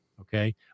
Okay